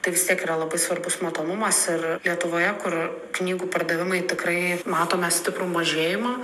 tai vis tiek yra labai svarbus matomumas ir lietuvoje kur knygų pardavimai tikrai matome stiprų mažėjimą